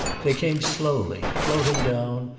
they came slowly, floating down,